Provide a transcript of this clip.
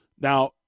Now